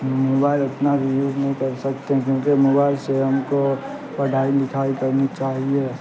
mobile اتنا بھی use نہیں کر سکتے ہیں کیونکہ موبائل سے ہم کو پڑھائی لکھائی کرنی چاہیے